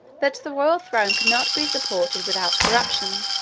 that the royal throne could not be supported without corruption,